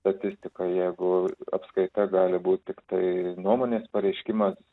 statistika jeigu apskaita gali būt tiktai nuomonės pareiškimas